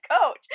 coach